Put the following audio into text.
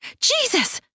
Jesus